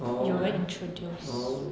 orh orh